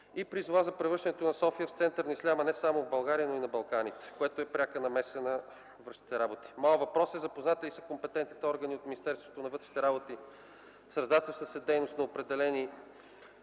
и призова за превръщането на София в център на исляма – не само в България, но и на Балканите, което е пряка намеса във вътрешните ни работи! Моят въпрос е: запознати ли са компетентните органи от Министерството на вътрешните работи с дейността на определени